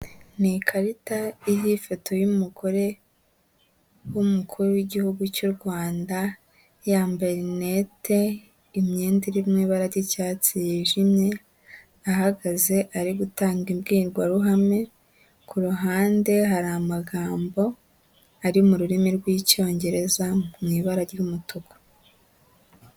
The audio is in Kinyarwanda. Ni ikarita iriho ifoto y'umugore w'umukuru w'igihugu cy'u Rwanda, yambaye rinete, imyendarimo ibara ry'icyatsi yijimye, ahagaze ari gutanga imbwirwaruhame ku ruhande hari amagambo ari mu rurimi rw'icyongereza mu ibara ry'umutuku.